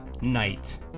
night